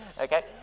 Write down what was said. Okay